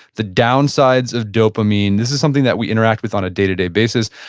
the downsides of dopamine. this is something that we interact with on a day-to-day basis.